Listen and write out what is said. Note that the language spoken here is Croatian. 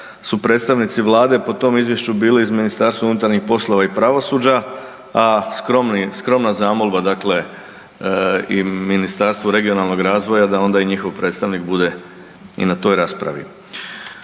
su predstavnici vlade po tom izvješću bili iz MUP-a i pravosuđa, a skromna zamolba, dakle i Ministarstvu regionalnog razvoja da onda i njihov predstavnik bude i na toj raspravi.